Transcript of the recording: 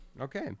Okay